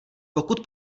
pokud